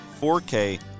4K